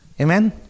Amen